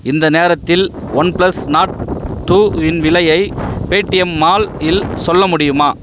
இந்த நேரத்தில் OnePlus Nord two இன் விலையை பேடிஎம் மால் இல் சொல்ல முடியுமா